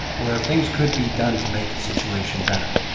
where things could be done to make the situation better.